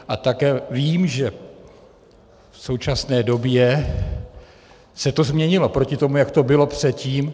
A také vím, že v současné době se to změnilo proti tomu, jak to bylo předtím.